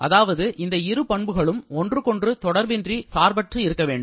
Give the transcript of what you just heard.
அதாவது அந்த இரு பண்புகளும் ஒன்றுக்கொன்று தொடர்பின்றி சார்பற்று இருக்க வேண்டும்